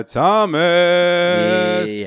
Thomas